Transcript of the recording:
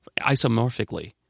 isomorphically